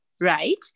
right